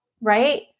right